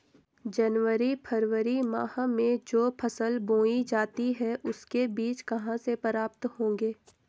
जनवरी फरवरी माह में जो फसल बोई जाती है उसके बीज कहाँ से प्राप्त होंगे?